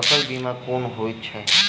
फसल बीमा कोना होइत छै?